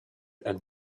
and